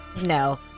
No